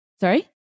Sorry